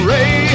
Ray